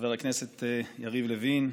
חבר הכנסת יריב לוין,